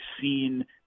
seen